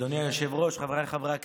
אדוני היושב-ראש, חבריי חברי הכנסת.